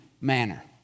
manner